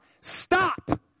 Stop